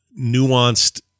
nuanced